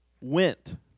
went